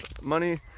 Money